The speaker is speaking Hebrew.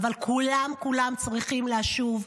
אבל כולם כולם צריכים לשוב,